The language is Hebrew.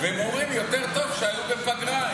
והם אומרים: יותר טוב שהיו בפגרה.